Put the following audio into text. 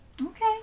Okay